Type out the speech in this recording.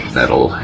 Metal